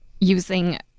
using